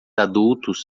adultos